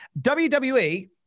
WWE